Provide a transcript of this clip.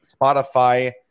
spotify